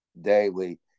daily